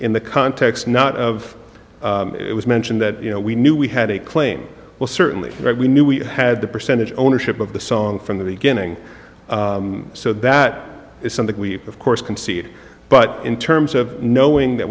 in the context not of it was mentioned that you know we knew we had a claim well certainly we knew we had the percentage ownership of the song from the beginning so that is something we of course concede but in terms of knowing that